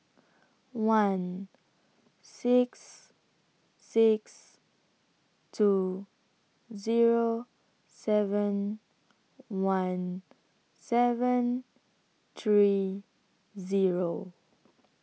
one six six two Zero seven one seven three Zero